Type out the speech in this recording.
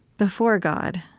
before god,